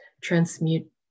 Transmute